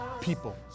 people